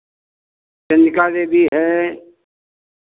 चन्द्रिका देवी है